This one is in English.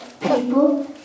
people